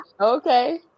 Okay